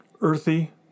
earthy